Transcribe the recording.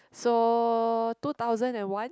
so two thousand and one